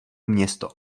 město